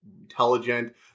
intelligent